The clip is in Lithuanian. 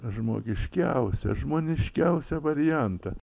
žmogiškiausią žmoniškiausią variantą